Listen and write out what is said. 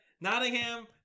nottingham